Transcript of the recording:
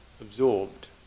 absorbed